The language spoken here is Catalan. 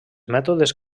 mètodes